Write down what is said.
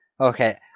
okay